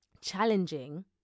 challenging